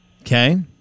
Okay